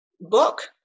book